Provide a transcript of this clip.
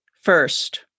first